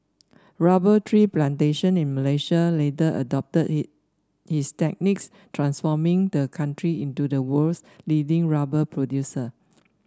rubber tree plantation in Malaysia later adopted he his techniques transforming the country into the world's leading rubber producer